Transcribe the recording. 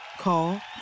Call